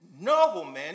nobleman